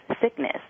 sickness